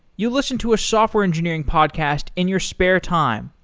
you listen to a software engineering podcast in your spare time,